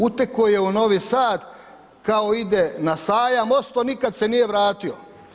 Utekao je u Novi Sad, kao ide na sajam, ostao, nikad se nije vratio.